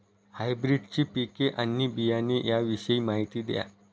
हायब्रिडची पिके आणि बियाणे याविषयी माहिती द्या